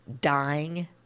dying